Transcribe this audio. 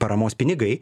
paramos pinigai